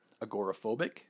agoraphobic